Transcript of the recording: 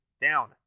down